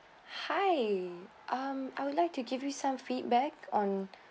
hi um I would like to give you some feedback on